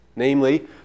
Namely